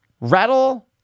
Rattle